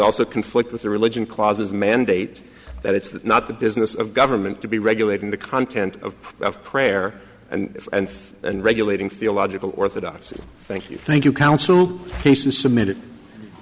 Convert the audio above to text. also conflict with the religion clauses mandate that it's not the business of government to be regulating the content of prayer and faith and regulating theological orthodoxy thank you thank you counsel patience submitted